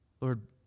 Lord